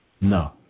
No